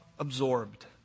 absorbed